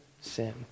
sin